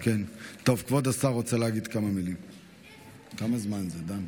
חבר הכנסת עידן רול,